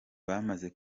bamaze